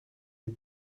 les